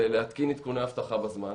ולהתקין עדכוני אבטחה בזמן.